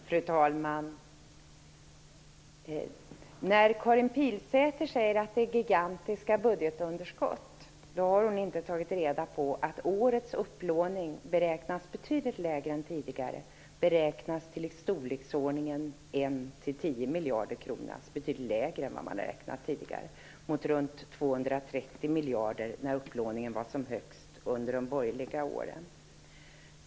Fru talman! När Karin Pilsäter säger att det är gigantiska budgetunderskott har hon inte tagit reda på att årets upplåning beräknas bli betydligt mindre än tidigare. Den beräknas bli i storleksordningen 1-10 miljarder kronor - alltså betydligt lägre än vad man tidigare har räknat med. Det kan ställas mot runt 230 miljarder när upplåningen var som störst under de borgerliga åren.